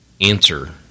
answer